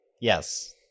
yes